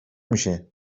میشه